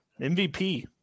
MVP